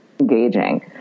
engaging